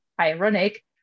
Ironic